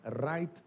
right